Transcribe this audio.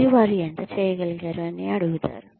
మరియు వారు ఎంత చేయగలిగారు అని అడుగుతారు